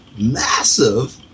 massive